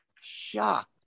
shocked